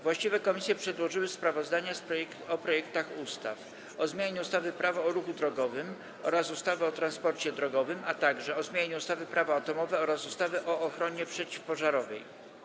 Właściwe komisje przedłożyły sprawozdania o projektach ustaw: - o zmianie ustawy Prawo o ruchu drogowym oraz ustawy o transporcie drogowym, - o zmianie ustawy Prawo atomowe oraz ustawy o ochronie przeciwpożarowej.